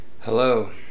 hello